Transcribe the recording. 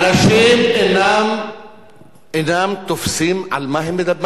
אתם לא יודעים את, חבר הכנסת נסים זאב,